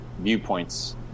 viewpoints